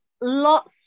lots